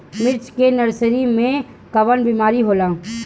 मिर्च के नर्सरी मे कवन बीमारी होला?